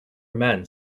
men